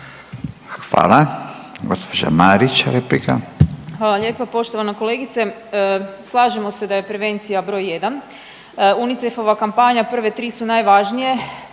Hvala.